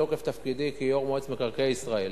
בתוקף תפקידי כיושב-ראש מועצת מקרקעי ישראל